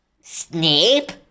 Snape